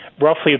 roughly